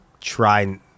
try